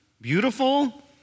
beautiful